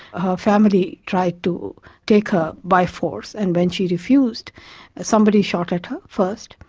her family tried to take her by force, and when she refused somebody shot at her first.